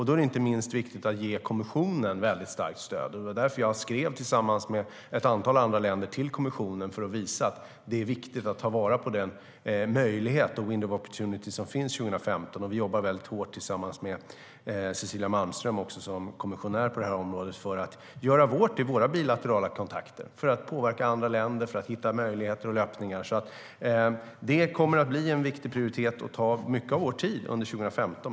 Då är det inte minst viktigt att ge kommissionen starkt stöd. Det var därför jag tillsammans med ett antal andra länder skrev till kommissionen för att visa att det är viktigt att ta vara på den möjlighet - window of opportunity - som finns 2015. Vi jobbar hårt tillsammans med Cecilia Malmström, som är kommissionär på det här området, för att göra vårt i våra bilaterala kontakter, för att påverka andra länder och hitta möjligheter och öppningar. Det kommer att bli en viktig prioritet och ta mycket av vår tid under 2015.